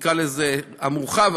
נקרא לזה המורחב,